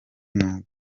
nubwo